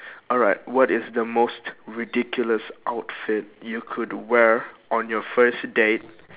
alright what is the most ridiculous outfit you could wear on your first date